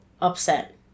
upset